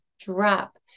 drop